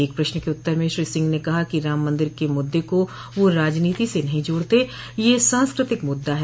एक प्रश्न के उत्तर में श्री सिंह ने कहा कि राम मंदिर के मुद्दे को वह राजनीति से नहीं जोड़ते यह सांस्कृतिक मुद्दा है